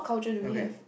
okay